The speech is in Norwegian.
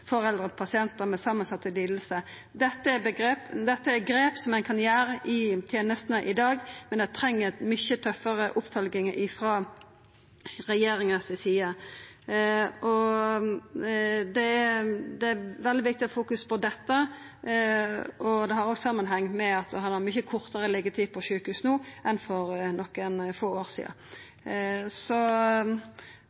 pasientar med samansette lidingar. Dette er grep som ein kan ta i tenestene i dag, men ein treng mykje tøffare oppfølging frå regjeringa si side. Det er veldig viktig å fokusera på dette. Det har òg samanheng med at det er mykje kortare liggjetid på sjukehus no enn for nokre få år sidan.